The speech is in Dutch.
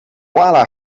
koala